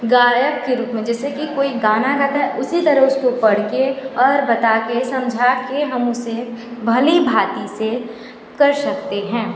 गायक के रूप में जैसे कि कोई गाना गाता है उसी तरह उसको पढ़के और बताके समझा के हम उसे भली भांती से कर सकते हैं